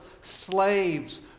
slaves